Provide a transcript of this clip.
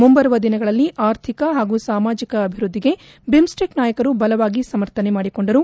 ಮುಂಬರುವ ದಿನಗಳಲ್ಲಿ ಆರ್ಥಿಕ ಹಾಗೂ ಸಾಮಾಜಿಕ ಅಭಿವೃದ್ದಿಗೆ ಬಿಮ್ಸ್ಟಿಕ್ ನಾಯಕರು ಬಲವಾಗಿ ಸಮರ್ಥನೆ ಮಾಡಿಕೊಂಡರು